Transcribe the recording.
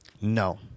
No